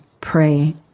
pray